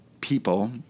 people